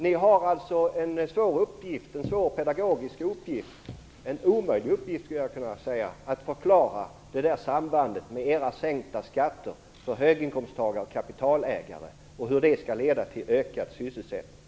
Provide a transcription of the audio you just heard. Ni har alltså en svår pedagogisk uppgift - en omöjlig uppgift, skulle jag kunna säga - när det gäller att förklara hur era sänkta skatter för höginkomsttagare och kapitalägare skall leda till ökad sysselsättning.